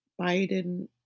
Biden